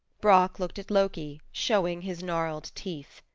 brock looked at loki, showing his gnarled teeth.